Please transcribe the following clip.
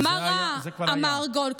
זה כבר היה.